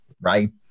right